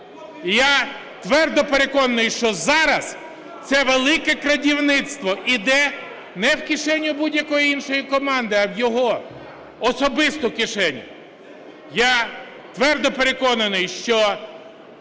Я твердо переконаний, що зараз це "велике крадівництво" йде не в кишеню будь-якої іншої команди, а в його особисту кишеню. Я твердо переконаний, що